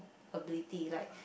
ability like